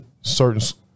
Certain